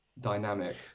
dynamic